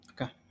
Okay